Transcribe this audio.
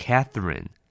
Catherine